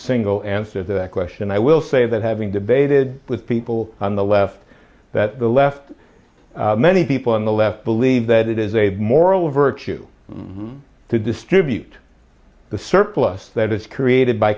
single answer that question i will say that having debated with people on the left that the left many people on the left believe that it is a moral virtue to distribute the surplus that is created by